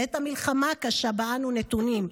בעת המלחמה הקשה שבה אנו נתונים,